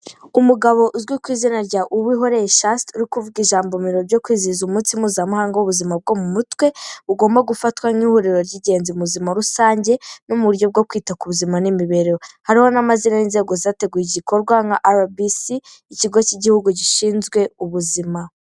Umugabo uzwi ku izina rya Uwihoreye chaste uri kuvuga ijambo mu birori byo kwizihiza umunsi mpuzamahanga w'ubuzima bwo mu mutwe, ugomba gufatwa nk'ihuriro ry'ingenzi mu buzima rusange no muryo bwo kwita ku buzima n'imibereho, hariho n'amazina y'inzego zateguye igikorwa nka RBC ikigo cy'igihugu gishinzwe ubuzima.